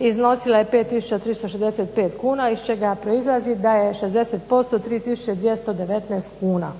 iznosila je 5 tisuća 365 kuna iz čega proizlazi da je 60% 3 tisuće 219 kuna.